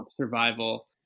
Survival